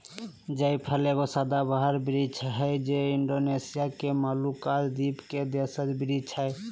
जायफल एगो सदाबहार वृक्ष हइ जे इण्डोनेशिया के मोलुकास द्वीप के देशज वृक्ष हइ